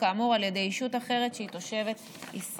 כאמור על ידי ישות אחרת שהיא תושבת ישראל.